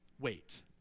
wait